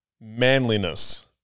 manliness